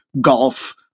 golf